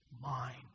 mind